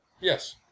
Yes